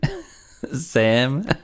Sam